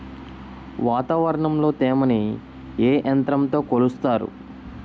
వాతావరణంలో తేమని ఏ యంత్రంతో కొలుస్తారు?